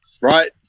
Right